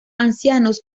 ancianos